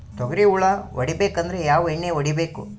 ತೊಗ್ರಿ ಹುಳ ಹೊಡಿಬೇಕಂದ್ರ ಯಾವ್ ಎಣ್ಣಿ ಹೊಡಿಬೇಕು?